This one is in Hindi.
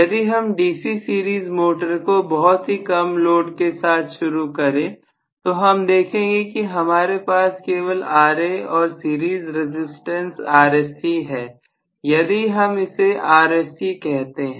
यदि हम किसी डीसी मोटर को बहुत ही कम लोड के साथ शुरू करें तो हम देखेंगे कि हमारे पास केवल Ra और सीरीज रसिस्टेंस Rse है यदि हम इसे Rse कहते हैं